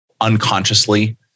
unconsciously